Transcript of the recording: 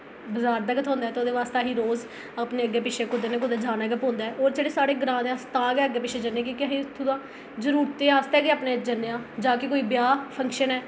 बजार दा गै थ्होंदा ऐ ते ओह्दे आस्तै असें रोज अपने अग्गें पिच्छें कुतै न कुतै जाना गै पौंदा ऐ और जेह्ड़े साढ़े ग्रांऽ दे अस तां गै अग्गें पिच्छें जन्ने आं क्योंकि असें जरुरतें आस्तै गै अपने जन्ने आं जां फ्ही कोई ब्याह् फंक्शन ऐ